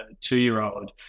two-year-old